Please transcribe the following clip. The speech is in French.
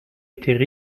étaient